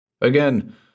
Again